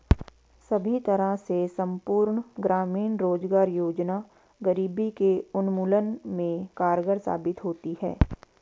सभी तरह से संपूर्ण ग्रामीण रोजगार योजना गरीबी के उन्मूलन में कारगर साबित होती है